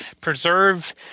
preserve